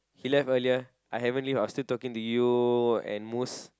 he left earlier I haven't leave I was still talking to you and Mus